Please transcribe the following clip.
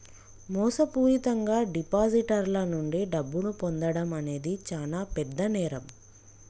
మోసపూరితంగా డిపాజిటర్ల నుండి డబ్బును పొందడం అనేది చానా పెద్ద నేరం